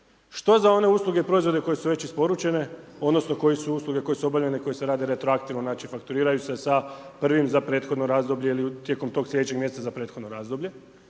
Što sa onim uslugama, proizvode koji su već isporučene, odnosno, koje su usluge, koje su obavljene, koje se rade retroaktivno, znači fakturiraju se sa prvim za prethodno razdoblje, tijekom tog sljedećeg mjeseca za prethodno razdoblje.